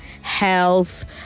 health